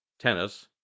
tennis